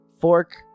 Fork